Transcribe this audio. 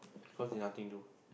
cause they nothing do